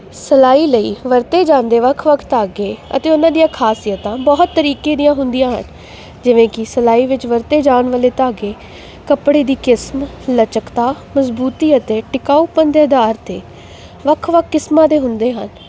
ਸਿਲਾਈ ਲਈ ਵਰਤੇ ਜਾਂਦੇ ਵੱਖ ਵੱਖ ਧਾਗੇ ਅਤੇ ਉਹਨਾਂ ਦੀਆਂ ਖ਼ਾਸੀਅਤਾਂ ਬਹੁਤ ਤਰੀਕੇ ਦੀਆਂ ਹੁੰਦੀਆਂ ਹਨ ਜਿਵੇਂ ਕਿ ਸਿਲਾਈ ਵਿੱਚ ਵਰਤੇ ਜਾਣ ਵਾਲੇ ਧਾਗੇ ਕੱਪੜੇ ਦੀ ਕਿਸਮ ਲਚਕਤਾ ਮਜ਼ਬੂਤੀ ਅਤੇ ਟਿਕਾਊਪਨ ਦੇ ਅਧਾਰ 'ਤੇ ਵੱਖ ਵੱਖ ਕਿਸਮਾਂ ਦੇ ਹੁੰਦੇ ਹਨ